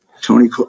Tony